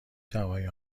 توانی